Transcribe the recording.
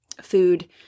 food